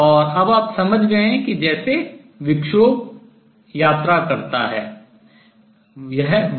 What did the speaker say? और अब आप समझ गए हैं कि जैसे विक्षोभ यात्रा करता है